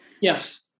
Yes